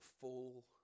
full